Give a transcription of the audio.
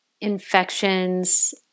infections